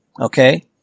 Okay